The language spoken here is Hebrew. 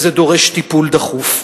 וזה דורש טיפול דחוף.